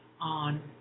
on